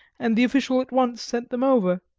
and the official at once sent them over,